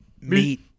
meet